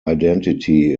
identity